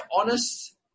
honest